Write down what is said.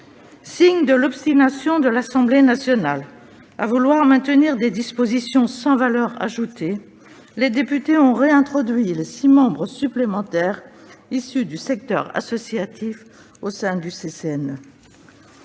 Signe de leur obstination à vouloir maintenir des dispositions sans valeur ajoutée, les députés ont réintroduit les six membres supplémentaires issus du secteur associatif au sein du CCNE.